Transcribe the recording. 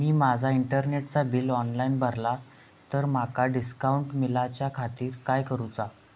मी माजा इंटरनेटचा bill online भरला तर माका डिस्काउंट मिलाच्या खातीर काय करुचा?